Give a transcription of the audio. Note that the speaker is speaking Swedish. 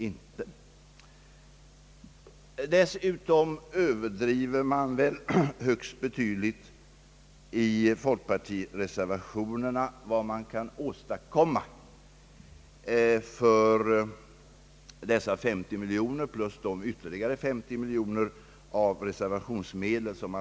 Enligt min mening överdrives dessutom högst betänkligt förhoppningarna om vad man kan åstadkomma för dessa 50 miljoner kronor plus ytterligare 50 miljoner kronor av reservationsmedel.